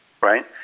right